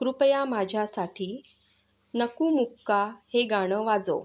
कृपया माझ्यासाठी नकुमुक्का हे गाणं वाजव